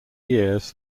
years